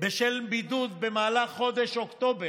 בשל בידוד במהלך חודש אוקטובר,